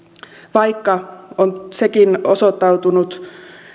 vaikka sekin on osoittautunut